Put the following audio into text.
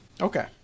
Okay